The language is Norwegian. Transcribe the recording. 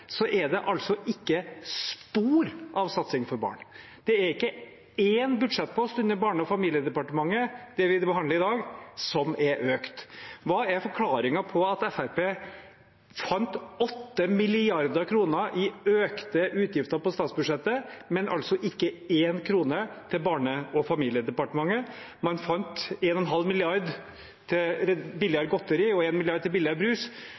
er det ikke spor av satsing på barn. Ikke én budsjettpost under Barne- og familiedepartementet, det vi behandler i dag, er økt. Hva er forklaringen på at Fremskrittspartiet fant 8 mrd. kr i økte utgifter på statsbudsjettet, men ikke én krone til Barne- og familiedepartementet? Man fant 1,5 mrd. kr til billigere godteri og 1 mrd. kr til billigere brus.